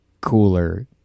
cooler